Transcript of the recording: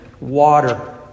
water